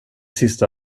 sista